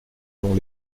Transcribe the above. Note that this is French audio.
lon